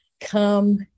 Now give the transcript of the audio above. come